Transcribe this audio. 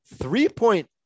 three-point